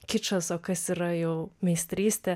kičas o kas yra jau meistrystė